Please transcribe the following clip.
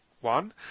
One